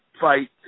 fight